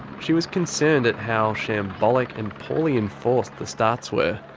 she was concerned at how shambolic and poorly enforced the starts were.